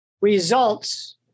results